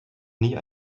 nie